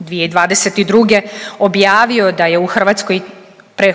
2022. objavio da je u Hrvatskoj